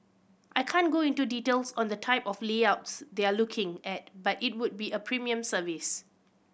I can't go into details on the type of layouts they're looking at but it would be a premium service